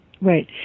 right